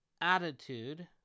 attitude